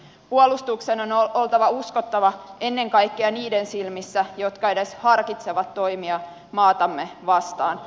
puolustuksen on oltava uskottava ennen kaikkea niiden silmissä jotka edes harkitsevat toimia maatamme vastaan